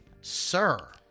Sir